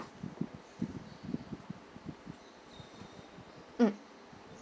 mm